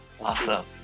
awesome